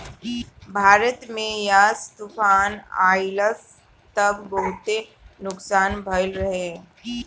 भारत में यास तूफ़ान अइलस त बहुते नुकसान भइल रहे